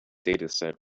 dataset